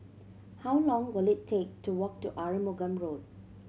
how long will it take to walk to Arumugam Road